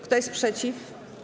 Kto jest przeciw?